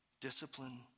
Discipline